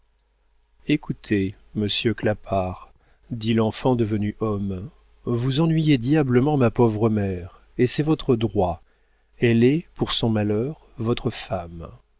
écoutez monsieur clapart dit l'enfant devenu homme vous ennuyez diablement ma pauvre mère et c'est votre droit elle est pour son malheur votre femme